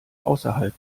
außerhalb